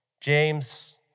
James